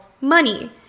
money